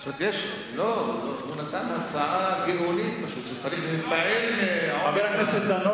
הוא נתן הצעה גאונית, שצריך להתפעל ממנה,